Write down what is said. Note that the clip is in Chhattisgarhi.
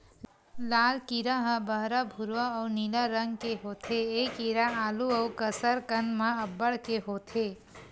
लाल कीरा ह बहरा भूरवा अउ नीला रंग के होथे ए कीरा आलू अउ कसरकंद म अब्बड़ के होथे